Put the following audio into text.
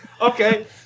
Okay